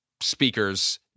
speakers